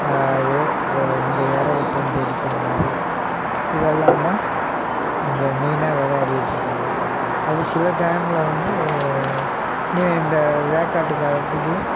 அது இந்த இறகுப் பந்து அடிப்பாங்க அது இதெல்லாந்தாம் இங்கே மெயினாக விளையாடிட்டு இருக்காங்க அது சில டைமில் வந்து இனி இந்த வேக்காட்டு காலத்திக்கு